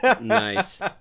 nice